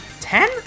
ten